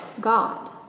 God